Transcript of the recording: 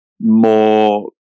more